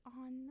on